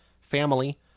family